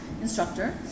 instructor